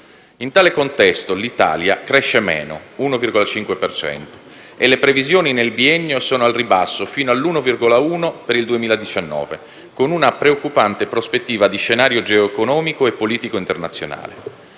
In tale contesto l'Italia cresce meno, attestandosi sull'1,5 per cento, e le previsioni nel biennio sono al ribasso fino al 1,1 per il 2019, con una preoccupante prospettiva di scenario geoeconomico e politico internazionale.